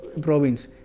province